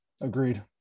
Agreed